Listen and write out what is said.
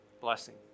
blessing